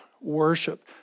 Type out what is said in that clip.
worship